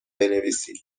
بنویسید